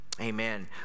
Amen